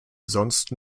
sonst